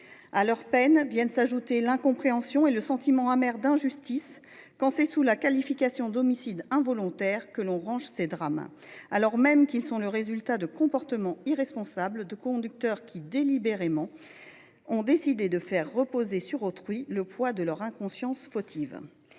À leur peine, viennent s’ajouter l’incompréhension et le sentiment amer d’injustice quand on range ces drames sous la qualification d’homicides involontaires, alors même qu’ils sont le résultat du comportement irresponsable de conducteurs qui, délibérément, ont décidé de faire reposer sur autrui le poids de leur insouciance fautive.